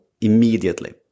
immediately